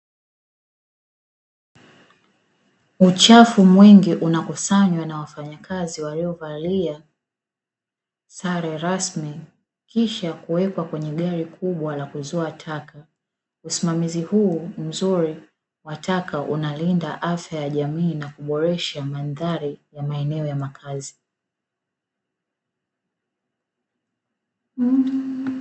Uchafu mwingi unakusanywa na wafanyakazi waliyovalia sare rasmi kisha kuwekwa kwenye gari kubwa la kuzoa taka. Usimamizi huu mzuri wa taka unalinda afya ya jamii na kuboresha mandhari ya maeneo ya makazi.